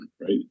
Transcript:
right